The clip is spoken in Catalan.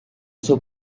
seu